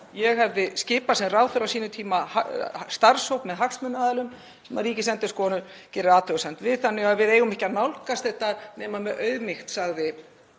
ég hefði skipað sem ráðherra á sínum tíma starfshóp með hagsmunaaðilum sem Ríkisendurskoðun gerir athugasemd við þannig að við eigum ekki að nálgast þetta nema með auðmýkt, sagði